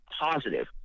positive